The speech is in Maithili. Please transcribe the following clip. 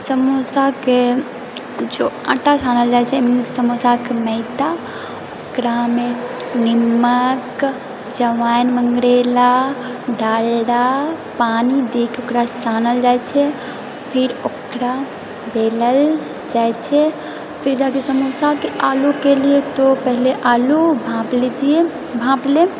समोसाके जो आटा सानल जाय छै समोसा कऽ मैदा ओकरामे नीमक जमैन मंगरैला डालडा पानी दएके ओकरा सानल जाय छै फेर ओकरा बेलल जाए छै फेर जाके समोसाके आलूके लिए पहिले आलू भाप लए छियै भापले